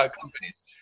companies